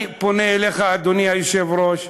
אני פונה אליך, אדוני היושב-ראש,